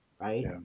Right